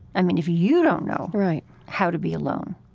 i mean, if you don't know, right, how to be alone,